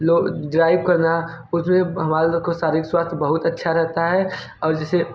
लो जराइव करना उसमे हमारा तो ख़ुद शरीर स्वस्थ बहुत अच्छा रहता है और जैसे